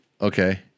Okay